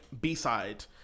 B-side